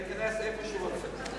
הוא יכול להיכנס איפה שהוא רוצה.